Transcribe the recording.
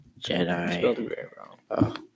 Jedi